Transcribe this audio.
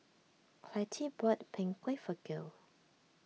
Clytie bought Png Kueh for Gail